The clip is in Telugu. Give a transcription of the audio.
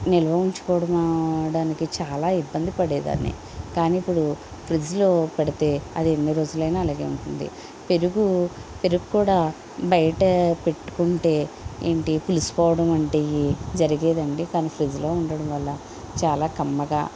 నిల్వ ఉంచుకోవ డానికి చాలా ఇబ్బంది పడేదాన్ని కానీ ఇప్పుడు ఫ్రిడ్జ్ లో పెడితే అది ఎన్ని రోజులైనా అలాగే ఉంటుంది పెరుగు పెరుగు కూడా బయట పెట్టుకుంటే ఏంటి పులుసు పోవడం వంటియ్యి జరిగేదండి కానీ ఫ్రిడ్జ్ లో ఉండడం వల్ల చాలా కమ్మగా